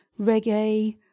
reggae